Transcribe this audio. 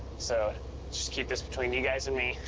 so just keep this between you guys and me.